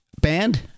band